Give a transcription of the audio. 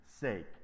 sake